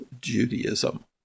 Judaism